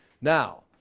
Now